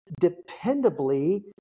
dependably